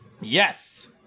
Yes